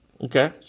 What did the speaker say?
Okay